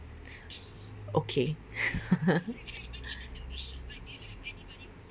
okay